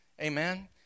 Amen